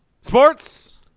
Sports